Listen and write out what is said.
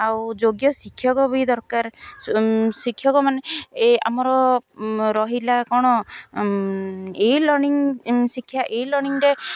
ଆଉ ଯୋଗ୍ୟ ଶିକ୍ଷକ ବି ଦରକାର ଶିକ୍ଷକ ମାନେ ଏ ଆମର ରହିଲା କ'ଣ ଇ ଲର୍ଣିଂ ଶିକ୍ଷା ଇ ଲର୍ଣିଂରେ